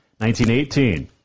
1918